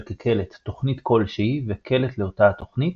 כקלט תוכנית כלשהי וקלט לאותה התוכנית,